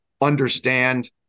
understand